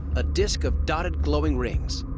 a disc of dotted glowing rings.